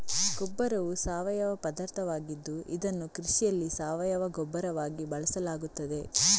ಗೊಬ್ಬರವು ಸಾವಯವ ಪದಾರ್ಥವಾಗಿದ್ದು ಇದನ್ನು ಕೃಷಿಯಲ್ಲಿ ಸಾವಯವ ಗೊಬ್ಬರವಾಗಿ ಬಳಸಲಾಗುತ್ತದೆ